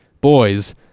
boys